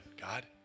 God